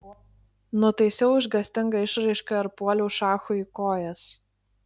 nutaisiau išgąstingą išraišką ir puoliau šachui į kojas